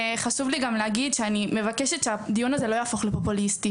וחשוב לי גם להגיד שאני מבקשת שהדיון הזה לא יהפוך לפופוליסטי.